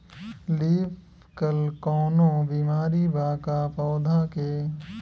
Leaf curl कौनो बीमारी बा का पौधा के?